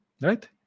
Right